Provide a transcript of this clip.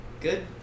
good